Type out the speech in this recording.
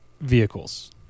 vehicles